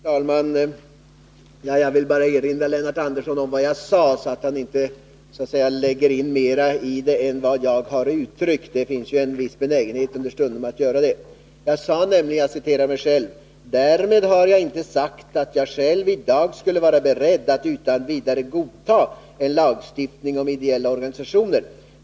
Fru talman! Jag vill bara erinra Lennart Andersson om vad jag verkligen sade, så att han inte lägger in mer i mitt anförande än vad jag gav uttryck för. Det finns ju understundom en viss benägenhet att göra det. Jag sade nämligen: Därmed har jag inte sagt att jag själv i dag skulle vara beredd att utan vidare godta en lagstiftning om ideella organisationer.